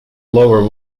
lower